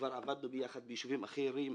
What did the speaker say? כבר עבדנו ביחד ביישובים אחרים.